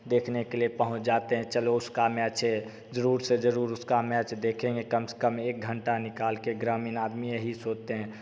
देखने के लिए पहुँच जाते हैं चलो उसका मैच है जरुर से जरुर उसका मैच देखेंगे कम से कम एक घंटा निकाल कर ग्रामीण आदमी यही सोचते हैं